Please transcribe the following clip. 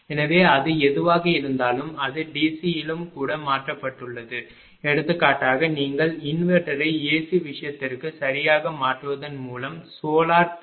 எனவே அது எதுவாக இருந்தாலும் அது DCயிலும் கூட மாற்றப்பட்டுள்ளது எடுத்துக்காட்டாக நீங்கள் இன்வெர்ட்டரை AC விஷயத்திற்கு சரியாக மாற்றுவதன் மூலம் சோலார் PV